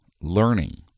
learning